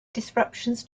disruptions